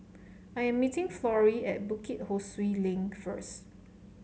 I am meeting Florie at Bukit Ho Swee Link first